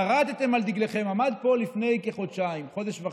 חרתם על דגלכם, עמד פה לפני כחודשיים, חודש וחצי,